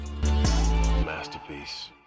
Masterpiece